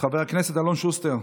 חבר הכנסת אלון שוסטר,